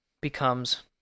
becomes